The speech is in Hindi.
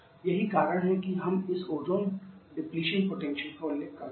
यही कारण है कि हम इस ओजोन डिप्लेशन पोटेंशियल का उल्लेख करते हैं